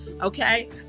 okay